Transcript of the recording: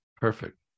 Perfect